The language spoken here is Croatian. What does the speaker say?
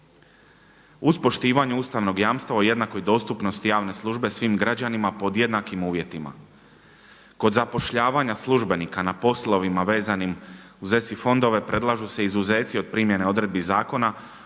uz poštivanje ustavnog jamstva o jednakoj dostupnosti javne službe svim građanima pod jednakim uvjetima. Kod zapošljavanja službenika na poslovima vezanim u ESI fondove predlažu se izuzeci od primjene odredbi zakona